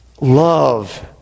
Love